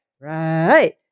Right